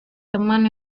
teman